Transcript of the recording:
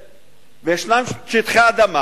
וישנם שטחי אדמה